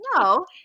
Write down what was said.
No